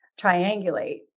triangulate